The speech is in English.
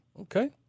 Okay